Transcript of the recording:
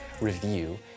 review